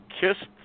kissed